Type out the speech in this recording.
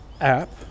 app